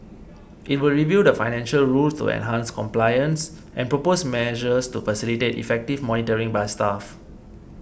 it will review the financial rules to enhance compliance and propose measures to facilitate effective monitoring by staff